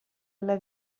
alla